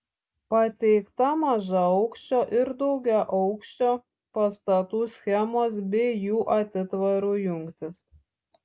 pateikta mažaaukščio ir daugiaaukščio pastatų schemos bei jų atitvarų jungtys